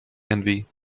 envy